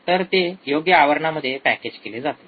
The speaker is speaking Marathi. तर ते योग्य आवरणामध्ये पॅकेज केले जाते